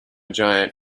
giant